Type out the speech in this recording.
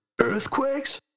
Earthquakes